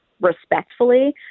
respectfully